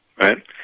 right